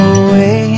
away